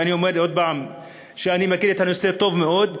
ואני אומר עוד פעם שאני מכיר את הנושא טוב מאוד,